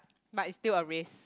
but it's still a risk